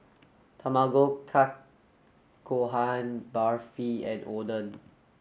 Tamago Kake Gohan Barfi and Oden